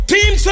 Team